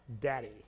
daddy